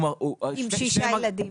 הוא עם שישה ילדים.